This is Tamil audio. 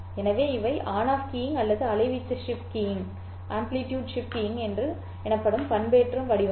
எனவே இவை ஆன் ஆஃப் கீயிங் அல்லது அலைவீச்சு ஷிப்ட் கீயிங் எனப்படும் பண்பேற்றம் வடிவங்கள்